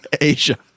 Asia